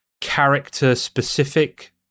character-specific